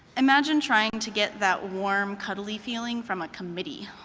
imagine trying to get that warm, cuddly feeling from a committee.